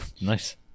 Nice